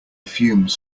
fumes